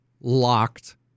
locked